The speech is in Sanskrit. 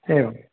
एवं